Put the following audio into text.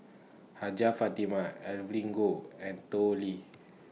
Hajjah Fatimah Evelyn Goh and Tao Li